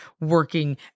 working